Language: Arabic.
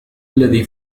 الذي